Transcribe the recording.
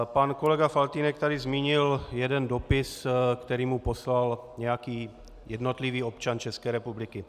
Pan kolega Faltýnek tady zmínil jeden dopis, který mu poslal nějaký jednotlivý občan České republiky.